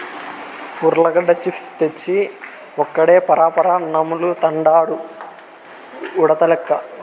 ఉర్లగడ్డ చిప్స్ తెచ్చి ఒక్కడే పరపరా నములుతండాడు ఉడతలెక్క